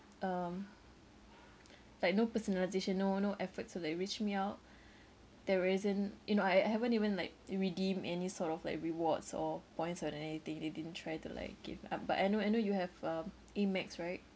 um like no personalisation no no effort to like reach me out there isn't you know I I haven't even like redeem any sort of like rewards or points on anything they didn't try to like give but I know I know you have um Amex right